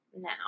now